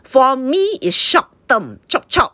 for me is short term chop chop